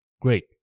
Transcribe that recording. Great